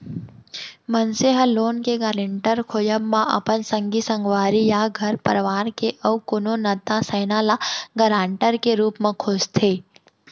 मनसे ह लोन के गारेंटर खोजब म अपन संगी संगवारी या घर परवार के अउ कोनो नत सैना ल गारंटर के रुप म खोजथे